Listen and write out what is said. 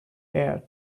heir